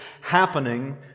happening